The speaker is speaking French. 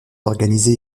organisées